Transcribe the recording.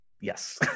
Yes